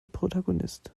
protagonist